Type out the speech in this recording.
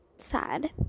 sad